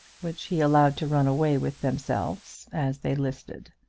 which he allowed to run away with themselves as they listed.